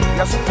yes